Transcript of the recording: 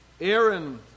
Aaron